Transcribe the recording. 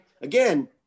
again